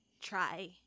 try